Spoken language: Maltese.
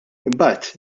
imbagħad